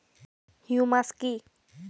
Humus কি?